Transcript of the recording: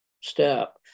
step